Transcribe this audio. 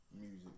Music